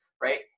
Right